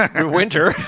winter